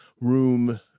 room